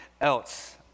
else